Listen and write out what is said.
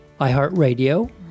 iHeartRadio